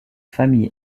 famille